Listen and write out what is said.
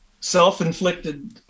self-inflicted